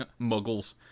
Muggles